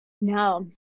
No